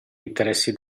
interessi